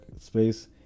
space